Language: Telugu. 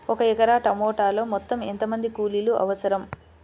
ఒక ఎకరా టమాటలో మొత్తం ఎంత మంది కూలీలు అవసరం?